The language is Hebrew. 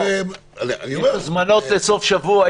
יש הזמנות לסוף שבוע.